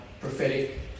prophetic